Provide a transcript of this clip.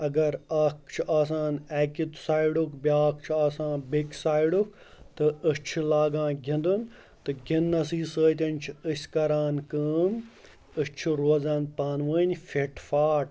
اگر اَکھ چھِ آسان اَکہِ سایڈُک بیٛاکھ چھِ آسان بیٚکہِ سایڈُک تہٕ أسۍ چھِ لاگان گِنٛدُن تہٕ گِنٛدنہ سٕے سۭتۍ چھِ أسۍ کَران کٲم أسۍ چھِ روزان پانہٕ ؤنۍ فِٹ فاٹ